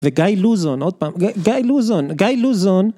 וגיא לוזון, עוד פעם, גיא.. גיא לוזון, גיא לוזון.